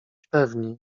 pewni